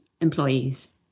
employees